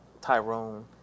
Tyrone